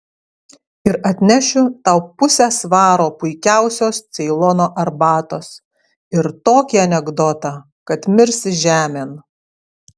ir atnešiu tau pusę svaro puikiausios ceilono arbatos ir tokį anekdotą kad mirsi žemėn